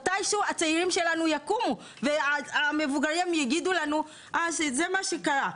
מתישהו הצעירים שלנו יקומו והמבוגרים יגידו לנו שזה מה שקרה.